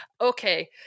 Okay